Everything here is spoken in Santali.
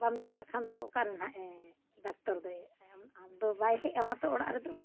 ᱵᱟᱢ ᱪᱟᱞᱟᱜ ᱠᱷᱟᱱ ᱫᱚ ᱚᱠᱟᱨᱮ ᱱᱟᱜ ᱮ ᱰᱟᱠᱛᱚᱨ ᱫᱚᱭ ᱟᱢᱫᱚ ᱵᱟᱭ ᱦᱮᱡ ᱟᱢᱟᱛᱚ ᱚᱲᱟᱜ ᱨᱮᱫᱚ